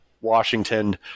Washington